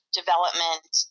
development